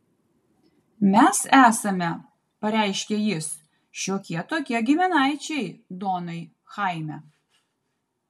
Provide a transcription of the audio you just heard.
mes esame pareiškė jis šiokie tokie giminaičiai donai chaime